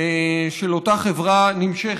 של אותה חברה נמשכת.